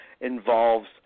involves